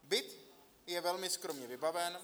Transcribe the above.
Byt je velmi skromně vybaven.